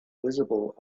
visible